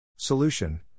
Solution